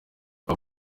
kwa